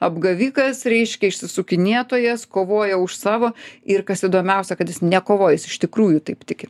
apgavikas reiškia išsisukinėtojas kovoja už savo ir kas įdomiausia kad jis nekovoja jis iš tikrųjų taip tiki